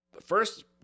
first